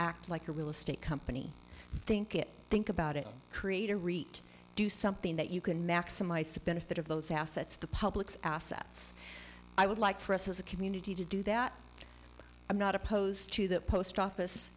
act like a real estate company think it think about it create a rate do something that you can maximize the benefit of those assets the public's assets i would like for us as a community to do that i'm not opposed to that post office